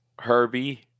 Herbie